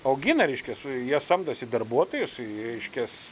augina reiškias jie samdosi darbuotojus reiškias